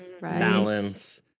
balance